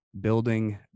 building